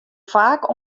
faak